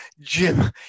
Jim